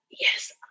yes